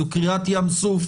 זאת קריעת ים סוף